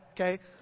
okay